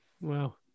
Wow